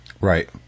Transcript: Right